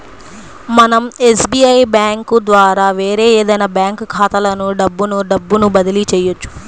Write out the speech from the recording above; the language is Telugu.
మనం ఎస్బీఐ బ్యేంకు ద్వారా వేరే ఏదైనా బ్యాంక్ ఖాతాలకు డబ్బును డబ్బును బదిలీ చెయ్యొచ్చు